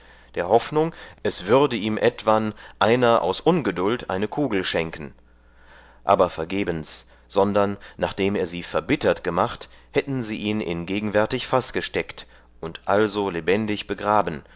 der hoffnung es würde ihm etwan einer aus ungedult eine kugel schenken aber vergebens sondern nachdem er sie verbittert gemacht hätten sie ihn in gegenwärtig faß gesteckt und also lebendig begraben